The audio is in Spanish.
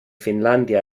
finlandia